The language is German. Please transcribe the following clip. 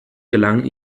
gelangen